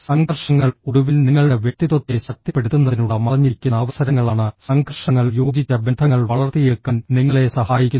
സംഘർഷങ്ങൾ ഒടുവിൽ നിങ്ങളുടെ വ്യക്തിത്വത്തെ ശക്തിപ്പെടുത്തുന്നതിനുള്ള മറഞ്ഞിരിക്കുന്ന അവസരങ്ങളാണ് സംഘർഷങ്ങൾ യോജിച്ച ബന്ധങ്ങൾ വളർത്തിയെടുക്കാൻ നിങ്ങളെ സഹായിക്കുന്നു